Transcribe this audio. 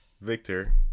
Victor